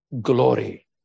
glory